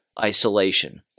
isolation